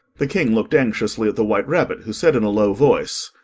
the king looked anxiously at the white rabbit, who said in a low voice,